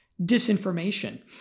disinformation